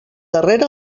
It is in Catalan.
darrer